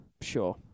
Sure